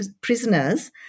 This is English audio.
prisoners